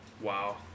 Wow